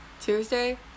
Tuesday